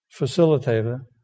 facilitator